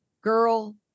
Girl